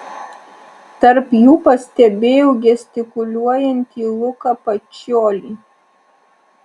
tarp jų pastebėjau gestikuliuojantį luką pačiolį